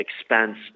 expense